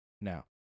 Now